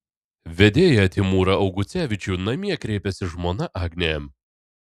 vedėją timūrą augucevičių namie kreipiasi žmona agnė